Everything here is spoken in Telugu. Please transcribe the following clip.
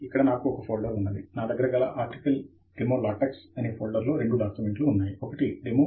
ఇక్కడ నాకు ఒక ఫోల్డర్ ఉన్నది నాదగ్గర గల ఆర్టికల్ డెమోలాటెక్స్ అనే ఫోల్డర్లో రెండు డాక్యుమెంట్లు ఉన్నాయి ఒకటి డెమో